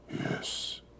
yes